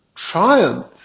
Triumph